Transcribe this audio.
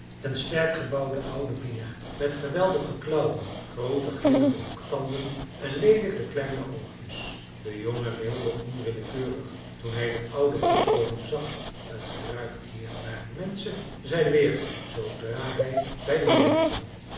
en sterk gebouwde oude beer met geweldige klauwen groote glimmende hoektanden en leelijke kleine oogjes de jongen rilde onwillekeurig toen hij den ouden boschkoning zag t ruikt hier naar menschen zei de beer zoodra hij bij de berin kwam